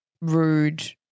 rude